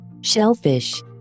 shellfish